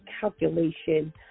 calculation